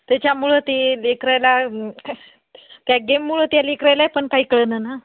त्याच्यामुळं ते लेकरायला पॅ काय गेममुळं त्या लेकरायलाय पण काही कळेना ना